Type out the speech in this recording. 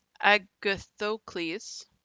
Agathocles